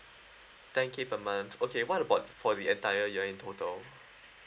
ten K per month okay what about for the entire year in total